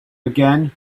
again